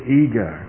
ego